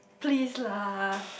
please lah